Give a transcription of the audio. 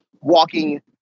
walking